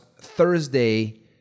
Thursday